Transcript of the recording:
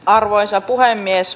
arvoisa puhemies